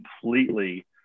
completely